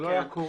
זה לא היה קורה.